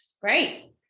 Great